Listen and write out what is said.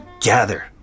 gather